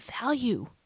value